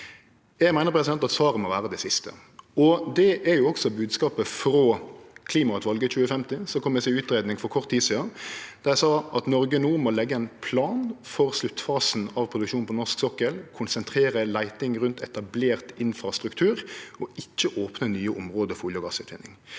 Eg meiner at svaret må vere det siste, og det er også bodskapen frå Klimautvalget 2050, som kom med si utgreiing for kort tid sidan. Dei sa at Noreg no må leggje ein plan for sluttfasen av produksjonen på norsk sokkel, konsentrere leiting rundt etablert infrastruktur og ikkje opne nye område for olje- og gassutvinning.